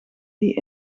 die